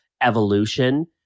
evolution